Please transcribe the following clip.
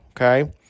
okay